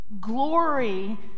Glory